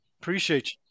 Appreciate